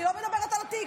אני לא מדברת על התיק,